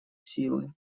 силы